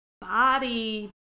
body